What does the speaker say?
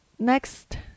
Next